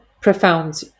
profound